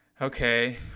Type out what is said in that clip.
okay